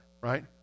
right